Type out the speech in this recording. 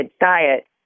diet